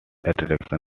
attraction